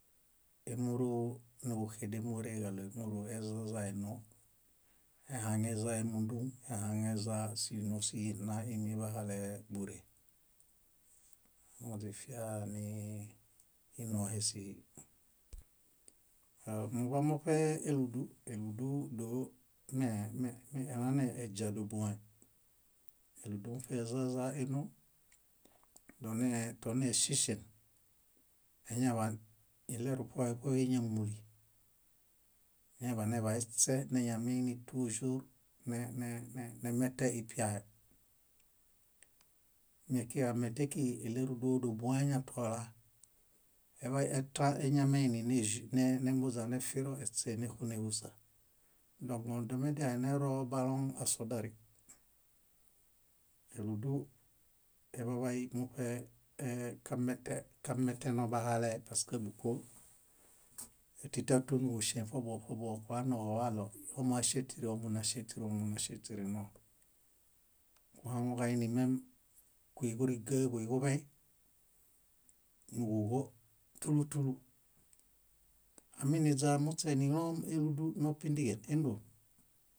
émuru núġuxedemoreeġaɭo émuru ezaza énoo. Ehaŋeza émundu, ehaŋeza sínosihi nna iimibahale búree. Moźifia nii ínohesihi. Numuḃamuṗe éludu, élududoo ne- nee- elaneźia dóbũehe. Éludu muṗe ezãza énoo. Donee tóniŝiŝen, eñaḃaan iɭeruṗoheṗohe íñamuli. Eñaḃaneḃaeśe eñameini tuĵur ne- ne- nemeteipiahe. Mekiġamete kíġi íɭerudodobũehe eñatola. Eḃay etãeñameini néĵ- nembuźanefiro eśee néxunehuśa. Dõk domedialenerobaloŋ asodari. Éludu eḃaḃay muṗe kametenobahalee paske búko tĩtaton níġuŝen ṗobuġo ṗobuġo kulaniġuḃaġaɭo ómaŝẽtiri, ómunaŝẽtiri, ómunaŝẽtiri. Kuhaŋuġainimem kúiġuriġa, kúiġuḃey núġuġotúlu túlu. Aminiźamuśe níloom éludunopindiġen, éndon